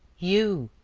you!